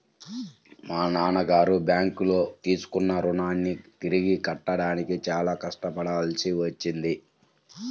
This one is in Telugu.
మా నాన్నగారు బ్యేంకులో తీసుకున్న రుణాన్ని తిరిగి కట్టడానికి చాలా కష్టపడాల్సి వచ్చింది